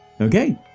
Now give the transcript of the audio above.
Okay